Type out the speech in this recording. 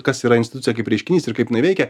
kas yra institucija kaip reiškinys ir kaip jinai veikia